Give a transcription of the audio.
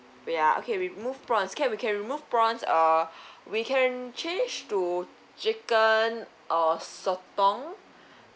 wait ah okay remove prawns can we can remove prawns uh we can change to chicken or sotong